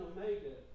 Omega